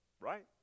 right